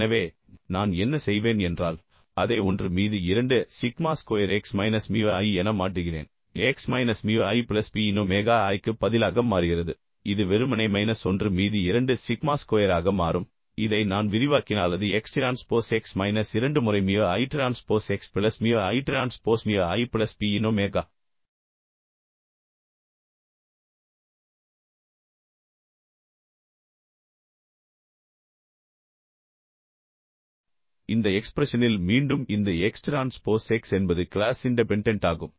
எனவே நான் என்ன செய்வேன் என்றால் அதை 1 மீது 2 sigma square x minus mu i என மாற்றுகிறேன் x minus mu i plus P இன் ஒமேகா i க்கு பதிலாக மாறுகிறது இது வெறுமனே மைனஸ் 1 மீது 2 சிக்மா ஸ்கொயர் ஆக மாறும் இதை நான் விரிவாக்கினால் அது x டிரான்ஸ்போஸ் x மைனஸ் இரண்டு முறை mu i transpose x plus mu i transpose mu i plus p இன் ஒமேகா இந்த எக்ஸ்பிரஷனில் மீண்டும் இந்த X டிரான்ஸ்போஸ் X என்பது கிளாஸ் இண்டெபென்டென்ட் ஆகும்